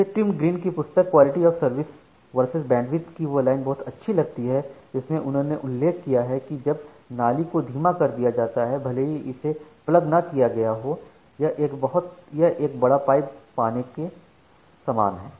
मुझे Tim Green की पुस्तक quality of service versus bandwidth कि वह लाइन बहुत अच्छी लगती है जिसमें उन्होंने उल्लेख किया है कि जब नाली को धीमा कर दिया जाता है भले ही इसे प्लग न किया गया हो यह एक बड़ा पाइप पाने का समय है